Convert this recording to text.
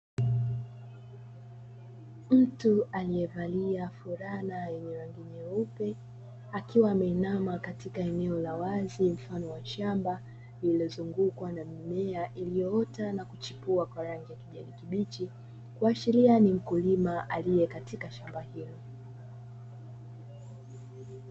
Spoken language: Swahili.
Mtu aliyevalia fulana yenye rangi nyeupe akiwa ameinama katika eneo la wazi mfano wa shamba iliyozungukwa na mimea iliyoota na kuchipua kwa rangi ya kijani kibichi, kuashiria ni mkulima aliye katika shamba hilo.